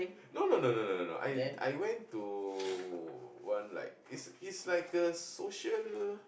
no no no no no no no I I went to one like it's it's like social